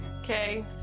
Okay